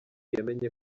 yamenye